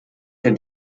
der